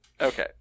Okay